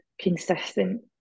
consistent